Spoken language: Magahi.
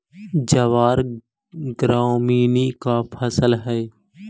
ज्वार ग्रैमीनी का फसल हई